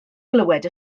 glywed